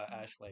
Ashley